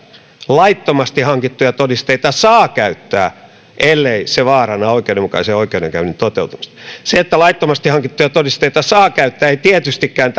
laittomasti hankittuja todisteita saa käyttää ellei se vaaranna oikeudenmukaisen oikeudenkäynnin toteutumista se että laittomasti hankittuja todisteita saa käyttää ei tietystikään